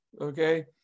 okay